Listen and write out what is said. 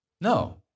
No